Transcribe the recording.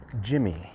jimmy